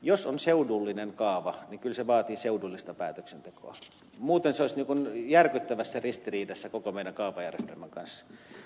jos on seudullinen kaava niin kyllä se vaatii seudullista päätöksentekoa muuten se olisi järkyttävässä ristiriidassa koko meidän kaavajärjestelmän kanssa